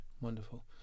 Wonderful